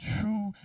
true